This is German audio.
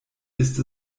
ist